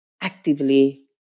actively